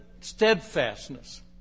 steadfastness